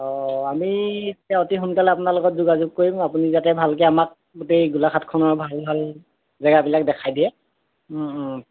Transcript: অঁ আমি এতিয়া অতি সোনকালে আপোনাৰ লগত যোগাযোগ কৰিম আপুনি যাতে ভালকৈ আমাক গোটেই গোলাঘাটখনৰ ভাল ভাল জেগাবিলাক দেখাই দিয়ে